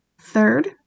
Third